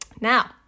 Now